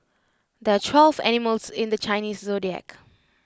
there are twelve animals in the Chinese Zodiac